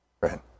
Right